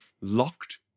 locked